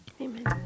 Amen